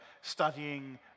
studying